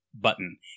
button